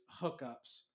hookups